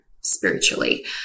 spiritually